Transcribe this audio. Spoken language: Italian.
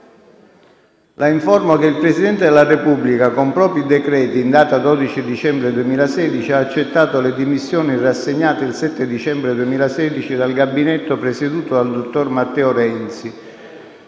La informo che il Presidente della Repubblica, con propri decreti in data 12 dicembre 2016, ha accettato le dimissioni rassegnate il 7 dicembre 2016 dal Gabinetto presieduto dal dottor Matteo RENZI,